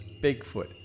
Bigfoot